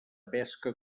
pesca